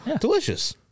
delicious